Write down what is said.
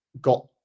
got